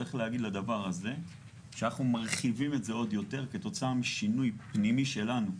צריך להגיד שאנחנו מרחיבים את זה עוד יותר כתוצאה משינוי פנימי שלנו,